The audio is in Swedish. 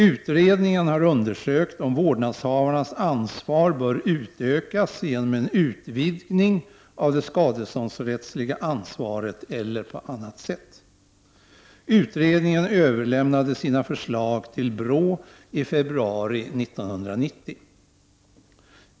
Utredningen har undersökt om vårdnadshavarnas ansvar bör utökas genom en utvidgning av det skadeståndsrättsliga ansvaret eller på annat sätt. Utredningen överlämnade sina förslag till BRÅ i februari 1990.